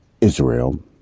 Israel